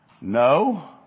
No